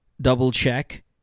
double-check